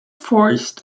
forced